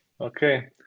Okay